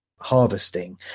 harvesting